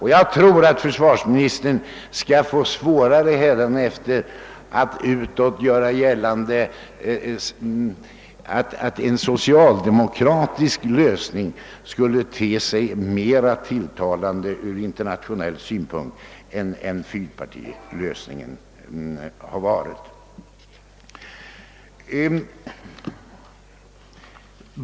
Hädanefter får försvarsministern säkert mycket svårare att utåt göra gällande att en socialdemokratisk lösning är bättre ur internationella synpunkter än den tidigare fyrpartilösningen har varit.